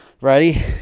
Ready